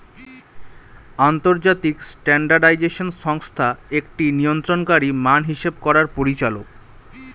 আন্তর্জাতিক স্ট্যান্ডার্ডাইজেশন সংস্থা একটি নিয়ন্ত্রণকারী মান হিসেব করার পরিচালক